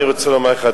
אני רוצה לומר לך,